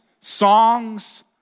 songs